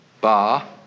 bar